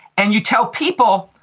and you tell people,